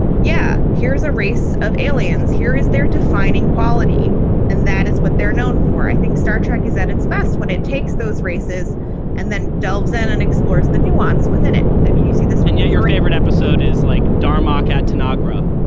yeah, here's a race of aliens. here is their defining quality and that is what they're known for. i think star trek is at its best when it takes those races and then delves in and explores the nuance within it i mean, you see this one, yet your favorite episode is like da mocap to nagra